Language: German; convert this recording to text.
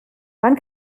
wann